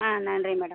நன்றி மேடம்